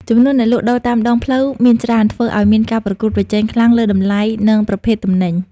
ចំនួនអ្នកលក់ដូរតាមដងផ្លូវមានច្រើន ធ្វើឱ្យមានការប្រកួតប្រជែងខ្លាំងលើតម្លៃ និងប្រភេទទំនិញ ។